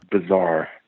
Bizarre